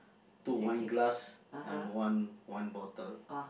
two wine glass and one one bottle